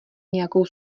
nějakou